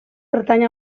pertany